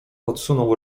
odsunął